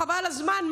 חבל על הזמן,